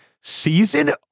season